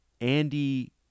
Andy